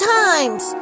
times